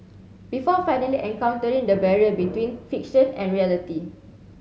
before finally encountering the barrier between fiction and reality